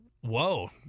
whoa